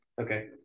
Okay